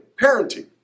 parenting